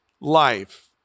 life